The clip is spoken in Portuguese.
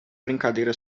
brincadeira